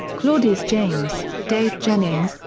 claudis james, dave jennings,